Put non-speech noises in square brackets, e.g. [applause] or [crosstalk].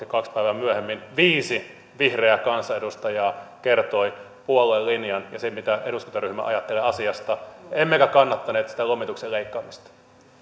[unintelligible] kaksi päivää myöhemmin viisi vihreää kansanedustajaa kertoi puolueen linjan ja sen mitä eduskuntaryhmä ajattelee asiasta emmekä kannattaneet sitä lomituksen leikkaamista